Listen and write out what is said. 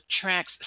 track's